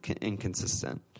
inconsistent